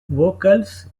vocals